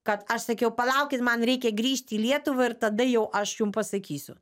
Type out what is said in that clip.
kad aš sakiau palaukit man reikia grįžti į lietuvą ir tada jau aš jum pasakysiu